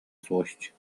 złość